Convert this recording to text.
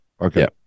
Okay